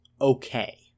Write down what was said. okay